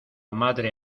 madre